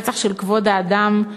רצח של כבוד האדם,